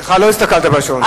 לא הסתכלת בשעון,